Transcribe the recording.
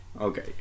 Okay